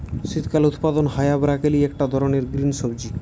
শীতকালে উৎপাদন হায়া ব্রকোলি একটা ধরণের গ্রিন সবজি